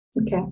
Okay